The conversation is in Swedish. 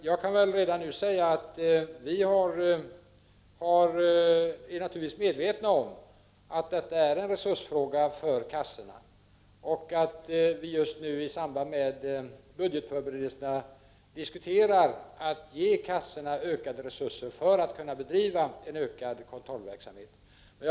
Jag kan redan nu säga att vi naturligtvis är medvetna om att detta är en resursfråga för kassorna och att vi just nu i samband med budgetförberedelserna diskuterar att ge kassorna ökade resurser för att de skall kunna bedriva en ökad kontrollverksamhet.